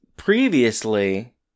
Previously